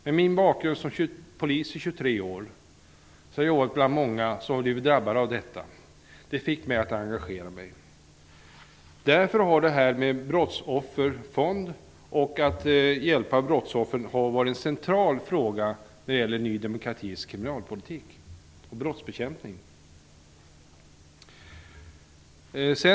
Med min bakgrund som polis under 23 år har jag kommit i kontakt med många brottsoffer som drabbats. Det fick mig att engagera mig. En brottsofferfond och detta att hjälpa brottsoffren har därför varit en central fråga i Ny demokratis kriminalpolitik när det gäller brottsbekämpning.